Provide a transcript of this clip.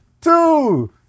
two